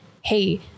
Hey